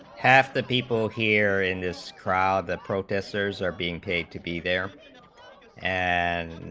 half the people here in this crowd the protesters are being paid to be there and